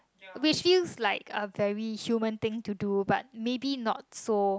which is like a very human thing to do but maybe not so